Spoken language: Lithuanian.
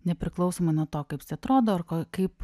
nepriklausomai nuo to kaip jis atrodo ar ko kaip